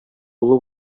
улы